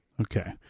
Okay